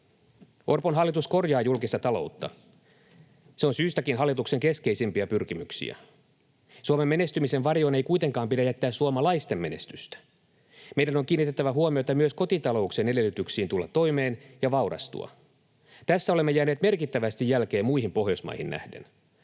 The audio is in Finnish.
Orpon hallitus korjaa julkista taloutta. Se on syystäkin hallituksen keskeisimpiä pyrkimyksiä. Suomen menestymisen varjoon ei kuitenkaan pidä jättää suomalaisten menestystä. Meidän on kiinnitettävä huomiota myös kotitalouksien edellytyksiin tulla toimeen ja vaurastua. Tässä olemme jääneet merkittävästi jälkeen muihin Pohjoismaihin nähden.